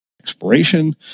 expiration